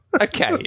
okay